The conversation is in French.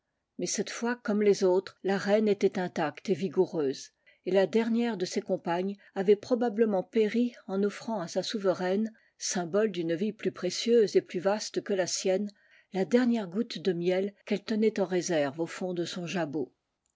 mais cette fois comme les autres la reine était intacte et vigoureuse et la dernière de ses compagnes avait probablement péri en offrant à sa souve raine symbole d'une vie plus précieuse et plus vaste que la sienne la dernière goutte de miel qu'elle tenait en réserve au fond de son jabot